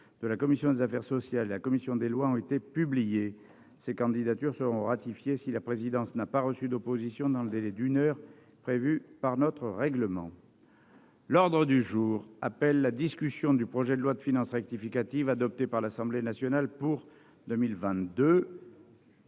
de la commission des affaires sociales, la commission des lois ont été publiés ces candidatures seront ratifiées si la présidence n'a pas reçu d'opposition dans le délai d'une heure prévue par notre règlement, l'ordre du jour appelle la discussion du projet de loi de finances rectificative adoptée par l'Assemblée nationale pour 2022.